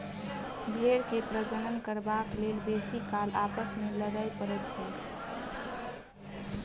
भेंड़ के प्रजनन करबाक लेल बेसी काल आपस मे लड़य पड़ैत छै